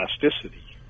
plasticity